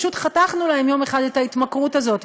פשוט חתכנו להם יום אחד את ההתמכרות הזאת.